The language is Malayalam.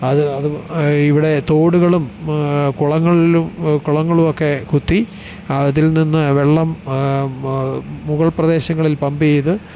അത് അത് ഇവിടെ തോടുകളും കുളങ്ങളിലും കുളങ്ങളുമൊക്കെ കുത്തി അതിൽ നിന്ന് വെള്ളം മുകൾ പ്രദേശങ്ങളിൽ പമ്പ് ചെയ്തു